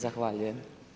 Zahvaljujem.